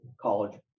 college